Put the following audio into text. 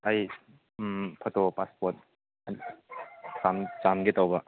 ꯑꯩ photo passport change ꯇꯧꯕ